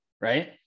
Right